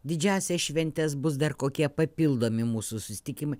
didžiąsias šventes bus dar kokie papildomi mūsų susitikimai